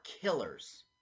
killers